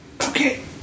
Okay